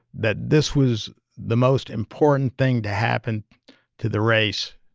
that this was the most important thing to happen to the race